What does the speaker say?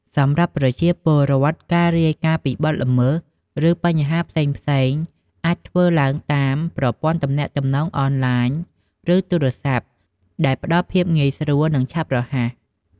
សម្រាប់ប្រជាពលរដ្ឋ ការរាយការណ៍ពីបទល្មើស ឬបញ្ហាផ្សេងៗអាចធ្វើឡើងតាម ប្រព័ន្ធទំនាក់ទំនងអនឡាញ ឬទូរស័ព្ទ ដែលផ្តល់ភាពងាយស្រួល និងឆាប់រហ័ស។